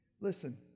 Listen